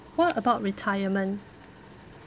what about retirement